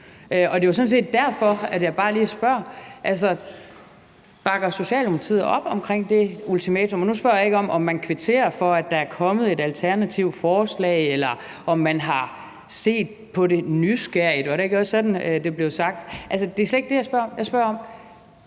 set derfor, at jeg bare lige spørger: Bakker Socialdemokratiet op om det ultimatum? Og nu spørger jeg ikke, om man kvitterer for, at der er kommet et alternativt forslag, eller om man har set nysgerrigt på det – var det ikke også